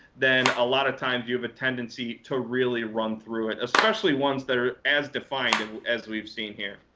then a lot of times you have a tendency to really run through it, especially ones that are as defined and as we've seen here.